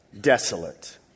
desolate